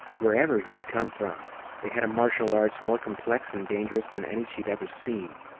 wherever he had come from, they had a martial arts more complex and dangerous than any she'd ever seen.